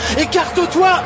écarte-toi